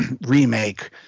Remake